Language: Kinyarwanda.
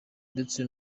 ndetse